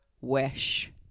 wish